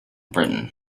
britain